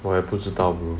我也不知道 bro